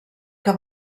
que